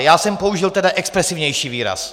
Já jsem použil tedy expresivnější výraz.